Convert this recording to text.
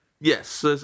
Yes